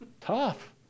Tough